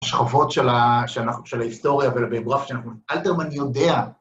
שכבות של ההיסטוריה ושל הביוגרפיה שלנו, אלתרמן יודע.